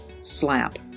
slap